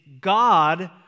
God